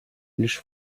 лишь